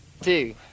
two